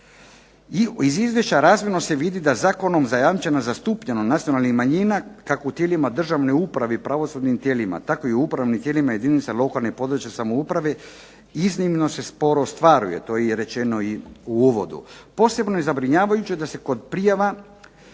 Iz Izvješća razvidno se vidi da zakonom zajamčena zastupljenost nacionalnih manjina kako u tijelima državne uprave i pravosudnim tijelima, tako i u upravnim tijelima jedinica lokalne i područne samouprave iznimno se sporo ostvaruje to je rečeno i u uvodu. Posebno je zabrinjavajuće da se kod prijava